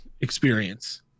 experience